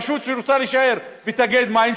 רשות שרוצה להישאר בתאגידי מים,